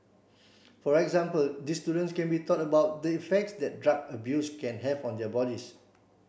for example these students can be taught about the effects that drug abuse can have on their bodies